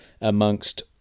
amongst